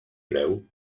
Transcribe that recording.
preu